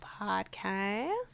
podcast